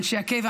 אנשי הקבע,